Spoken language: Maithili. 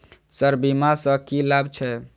सर बीमा सँ की लाभ छैय?